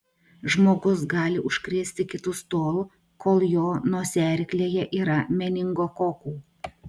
žmogus gali užkrėsti kitus tol kol jo nosiaryklėje yra meningokokų